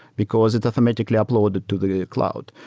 because it's automatically uploaded to the cloud.